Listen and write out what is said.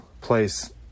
place